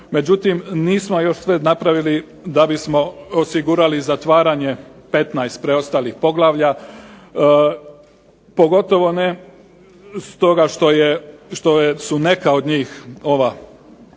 Međutim, nismo još sve napravili da bismo osigurali zatvaranje 15 preostalih poglavlja. Pogotovo ne stoga što su neka od njih, ova,